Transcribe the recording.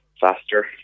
faster